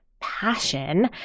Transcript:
passion